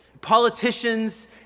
Politicians